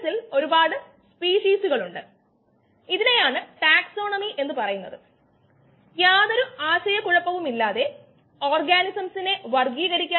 bio റിയാക്ടറിൽ നിന്നുള്ള ഫലങ്ങൾ അല്പം മെച്ചപ്പെടുത്തുമെന്ന് നമ്മൾ പറഞ്ഞു കോശങ്ങൾ സ്വയവും പിന്നെ കോശങ്ങളാൽ നിർമിക്കപെട്ട ഉൽപ്പന്നങ്ങളും